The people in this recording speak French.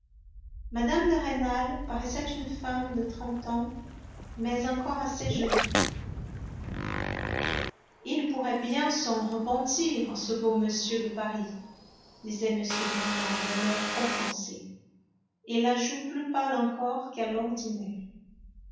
mme de rênal paraissait une femme de trente ans mais encore assez jolie il pourrait bien s'en repentir ce beau monsieur de paris disait m de rênal d'un air offensé et la joue plus pâle encore qu'a l'ordinaire